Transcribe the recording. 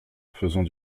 faisant